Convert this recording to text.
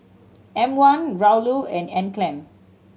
M One Raoul and Anne Klein